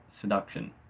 seduction